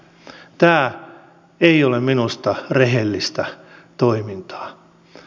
tämä ei ole minusta rehellistä toimintaa